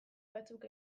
batzuk